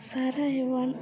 સારા એવા